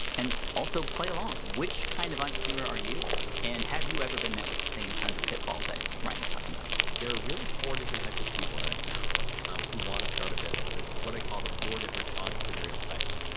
and also, play along. which kind of entrepreneur are you and have you ever been met with the same kinds of pitfalls that ryan's talking about? there are really four different types of people that i found who want to start a business. it's what i call the four different entrepreneurial types.